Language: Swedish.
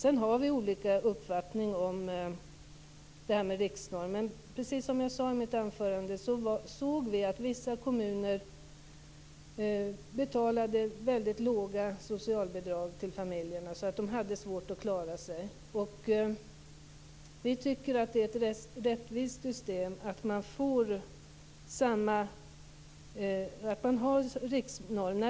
Vi har olika uppfattning om riksnormen, men som jag sade i mitt anförande såg vi att vissa kommuner betalade så låga socialbidrag till familjerna att de hade svårt att klara sig. Vi tycker att riksnormen är ett rättvist system.